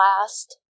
last